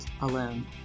alone